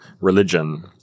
religion